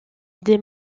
des